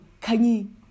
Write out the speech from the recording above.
Kanye